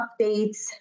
updates